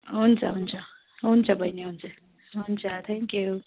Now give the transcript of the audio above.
हुन्छ हुन्छ हुन्छ बहिनी हुन्छ हुन्छ थ्याङ्कयू